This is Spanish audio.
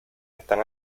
están